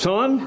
Son